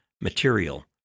material